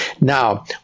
Now